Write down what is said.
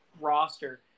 roster